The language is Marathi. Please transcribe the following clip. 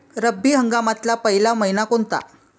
रब्बी हंगामातला पयला मइना कोनता?